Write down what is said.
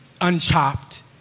unchopped